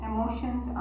Emotions